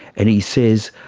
and he says,